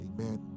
Amen